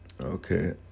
Okay